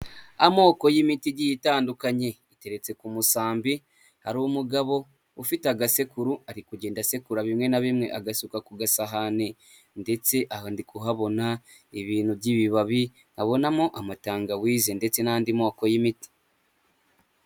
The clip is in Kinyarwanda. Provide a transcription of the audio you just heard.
Amoko y'imititi igiye itandukanye, ateretse ku musambi hari umugabo ufite agasekuru ari kugenda asekura bimwe na bimwe agasuka ku gasahani ndetse aho ndi kuhabona ibintu by'ibibabi nkabonamo amatangawizi ndetse n'andi moko y'imiti.